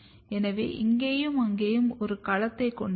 எனவே இங்கேயும் அங்கேயும் ஒரு களத்தைக் கொண்டிருக்கும்